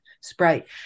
sprite